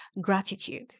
gratitude